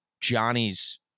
johnny's